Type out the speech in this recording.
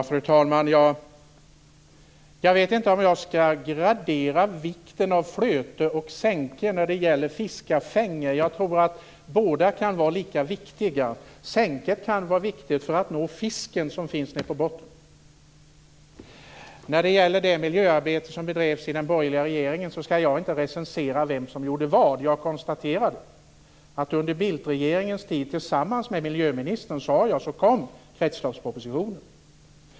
Fru talman! Jag vet inte om jag skall gradera vikten av flöte och sänke när det gäller fiskafänge. Jag tror att båda kan vara lika viktiga. Sänket kan vara viktigt för att nå fisken som finns nere på botten. Jag skall inte recensera vem som gjorde vad i det miljöarbete som bedrevs i den borgerliga regeringen. Jag konstaterade att kretsloppspropositionen lades fram tillsammans med miljöministern under Bildtregeringens tid.